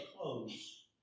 close